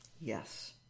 Yes